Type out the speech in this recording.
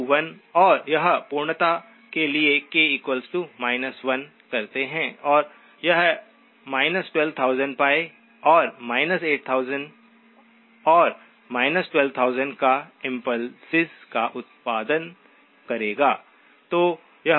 K 1 और यह पूर्णता के लिए k 1 करते हैं और यह 12000 और 8000 और 12000 पर इम्पुल्सेस का उत्पादन करेगा